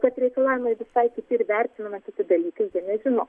kad reikalavimai visai kiti ir vertinama kiti dalykai jie nežino